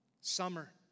Summer